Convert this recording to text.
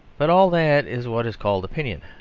but all that is what is called opinion,